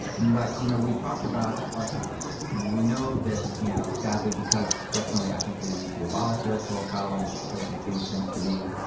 but you know, we talked about our super states. i mean we know that, you know sadly, because personally i think we need to abolish the electoral college. it doesn't make any sense to me,